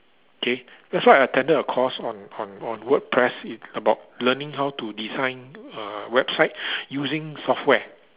K that's why I attended a course on on on WordPress a~ about learning how to design uh website using software